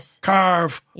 carve